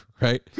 right